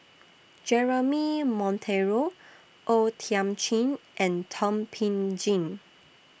Jeremy Monteiro O Thiam Chin and Thum Ping Tjin